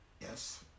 Yes